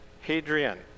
Hadrian